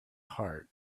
heart